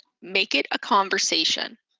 make it a conversation.